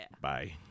bye